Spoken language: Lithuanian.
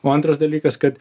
o antras dalykas kad